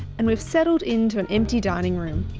and we've settled into an empty dining room.